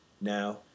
now